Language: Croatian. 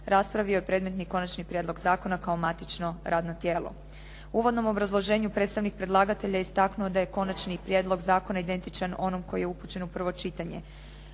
raspravio je predmetni konačni prijedlog zakona kao matično radno tijelo. U uvodnom obrazloženju predstavnik predlagatelja istaknuo je da je konačni prijedlog zakona identičan onom koji je upućen u prvo čitanje.